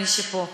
מי שפה שורד,